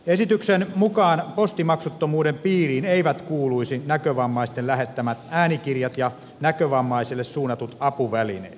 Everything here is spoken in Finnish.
esityksen mukaan postimaksuttomuuden piiriin eivät kuuluisi näkövammaisten lähettämät äänikirjat ja näkövammaisille suunnatut apuvälineet